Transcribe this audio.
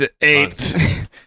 Eight